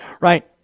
Right